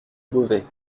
beauvais